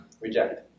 reject